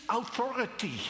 authority